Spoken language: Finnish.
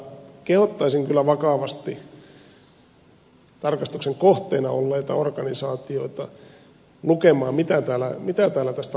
kehottaisin kyllä vakavasti tarkastuksen kohteena olleita organisaatioita lukemaan mitä täällä tästä vaikuttavuudesta sanotaan